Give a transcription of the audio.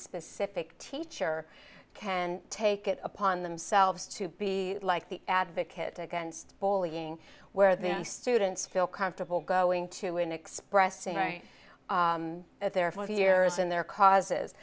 specific teacher can take it upon themselves to be like the advocate against bullying where the students feel comfortable going to and expressing their five years in their causes